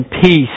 peace